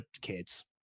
kids